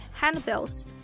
handbells